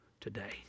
today